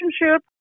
relationship